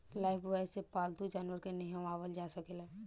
Lifebuoy से पाल्तू जानवर के नेहावल जा सकेला